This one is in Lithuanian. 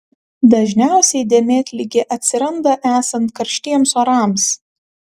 dažniausiai dėmėtligė atsiranda esant karštiems orams